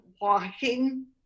walking